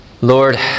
Lord